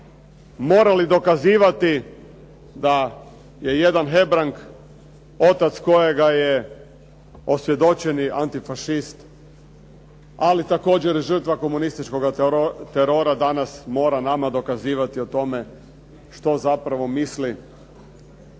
morali dokazivati da je jedan Hebrang, otac kojega je osvjedočeni antifašist, ali također i žrtva komunističkoga terora danas mora nama dokazivati o tome što zapravo misli.